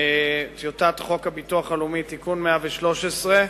טיוטת חוק הביטוח הלאומי (תיקון מס' 113),